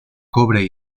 cobre